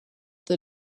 the